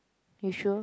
you sure